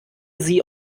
sie